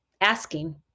asking